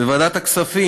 בוועדת הכספים,